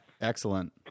excellent